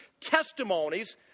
testimonies